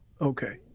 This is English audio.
Okay